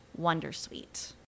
wondersuite